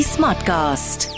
Smartcast